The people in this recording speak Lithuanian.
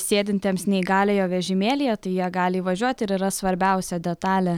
sėdintiems neįgaliojo vežimėlyje tai jie gali įvažiuot ir yra svarbiausia detalė